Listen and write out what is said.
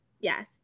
Yes